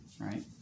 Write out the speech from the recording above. Right